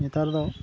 ᱱᱮᱛᱟᱨ ᱫᱚ